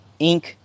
Inc